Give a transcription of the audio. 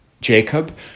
Jacob